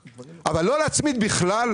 אבל, לא להצמיד בכלל?